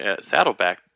Saddleback